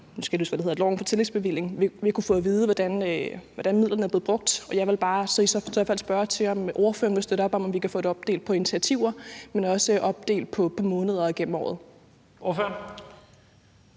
har oplyst, at vi på loven om tillægsbevilling vil kunne få at vide, hvordan midlerne er blevet brugt, og jeg vil så bare spørge til, om ordføreren vil støtte op om, at vi kan få det opdelt ikke kun på initiativer, men også på måneder gennem året. Kl.